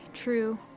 True